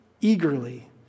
eagerly